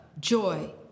joy